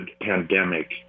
pandemic